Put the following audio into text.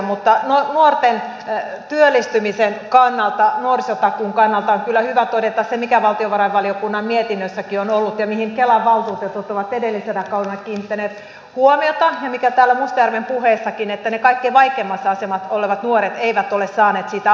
mutta nuorten työllistymisen kannalta nuorisotakuun kannalta on kyllä hyvä todeta se mikä valtiovarainvaliokunnan mietinnössäkin on ollut ja mihin kelan valtuutetut ovat edellisellä kaudella kiinnittäneet huomiota ja mikä täällä mustajärven puheessakin tuli esille että ne kaikkein vaikeimmassa asemassa olevat nuoret eivät ole saaneet sitä apua ja tukea